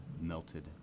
melted